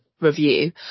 review